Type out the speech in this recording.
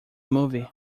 movie